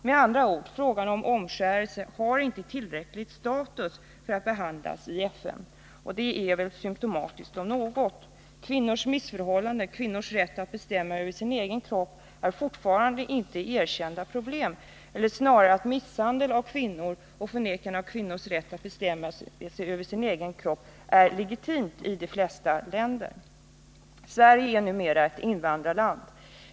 Med andra ord: frågan om omskärelse har inte tillräcklig status för att behandlas i FN. Det är väl symtomatiskt om något. Kvinnors missförhållanden, kvinnors rätt att bestämma över sin egen kropp är fortfarande inte erkända problem. Eller snarare är det så att misshandel av kvinnor och förnekande av kvinnors rätt att bestämma över sin egen kropp är legitimt i de flesta länder. Sverige är numera ett invandrarland.